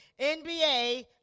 NBA